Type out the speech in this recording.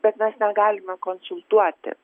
bet mes negalime konsultuoti